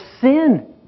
sin